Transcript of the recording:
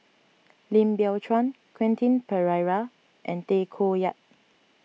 Lim Biow Chuan Quentin Pereira and Tay Koh Yat